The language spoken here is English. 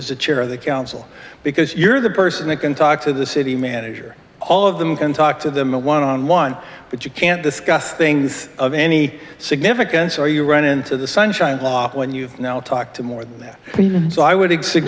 the chair of the council because you're the person that can talk to the city manager all of them can talk to them one on one but you can't discuss things of any significance or you run into the sunshine law when you talk to more than that so i would exi